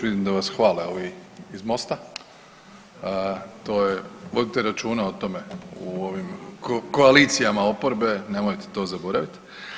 Vidim da vas hvale ovi iz Mosta, to je, vodite računa o tome u ovim koalicijama oporbe, nemojte to zaboraviti.